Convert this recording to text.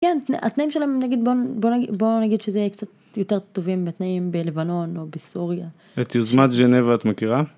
כן התנאים שלהם נגיד בוא נגיד שזה יהיה קצת יותר טובים בתנאים בלבנון או בסוריה את יוזמת ג'נבה את מכירה